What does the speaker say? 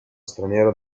straniero